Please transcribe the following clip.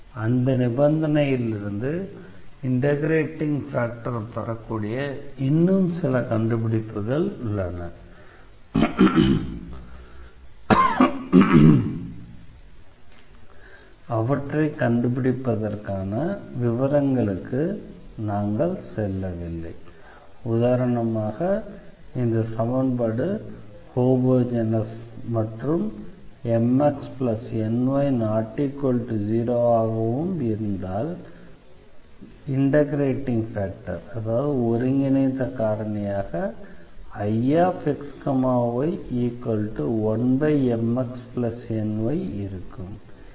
அந்த நிபந்தனையிலிருந்து integrating factor பெறக்கூடிய இன்னும் சில கண்டுபிடிப்புகள் உள்ளன அவற்றைக் கண்டுபிடிப்பதற்கான விவரங்களுக்கு நாங்கள் செல்லவில்லை உதாரணமாக இந்த சமன்பாடு ஹோமோஜெனஸாக மற்றும் Mx Ny 0 ஆகவும் இருந்தால் ஒருங்கிணைந்த காரணியாக Ixy1MxNy இருக்கும்